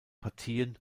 partien